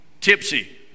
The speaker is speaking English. tipsy